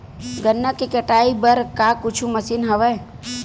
गन्ना के कटाई बर का कुछु मशीन हवय?